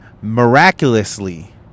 miraculously